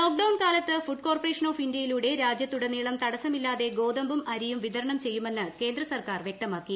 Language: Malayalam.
ഐ ലോക്ഡൌൺ കാലത്ത് ഫുഡ് കോർപ്പറേഷൻ ഓഫ് ഇന്ത്യയിലൂടെ രാജ്യത്തുടനീളം തടസ്സ്മീല്ലാതെ ഗോതമ്പും അരിയും വിതരണം ചെയ്യുമെന്ന് കേന്ദ്ര സർക്കാർ വ്യക്തമാക്കി